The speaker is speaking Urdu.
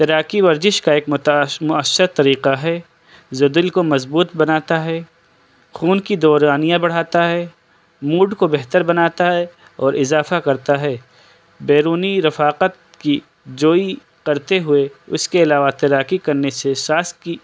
تیراکی ورجش کا ایک مؤثر طریقہ ہے جو دل کو مضبوط بناتا ہے خون کی دورانیہ بڑھاتا ہے موڈ کو بہتر بناتا ہے اور اضافہ کرتا ہے بیرونی رفاقت کی جوئی کرتے ہوئے اس کے علاوہ تیراکی کرنے سے سانس کی